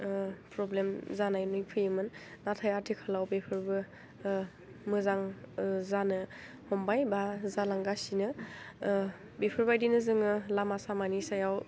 problem जानानै फैयोमोन नाथाय आथिखालाव बेफोरबो मोजां जानो हमबाय बा जालांगासिनो बेफोरबायदिनो जोङो लामा सामानि सायाव